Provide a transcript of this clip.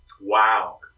Wow